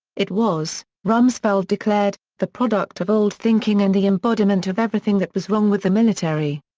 it was, rumsfeld declared, the product of old thinking and the embodiment of everything that was wrong with the military.